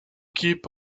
keep